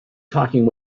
talking